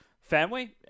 family